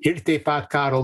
ir taip pat karo